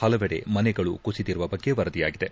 ಹಲವೆಡೆ ಮನೆಗಳು ಕುಸಿದಿರುವ ಬಗ್ಗೆ ವರದಿಯಾಗಿದೆ